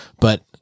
But-